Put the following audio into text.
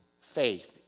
faith